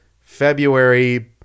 February